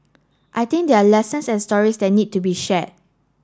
I think there are lessons and stories that need to be share